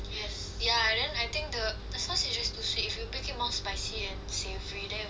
ya and then I think the sauce is just too sweet if you make it more spicy and savoury then it will be nicer